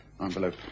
envelope